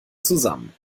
zusammen